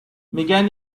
میگن